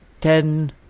ten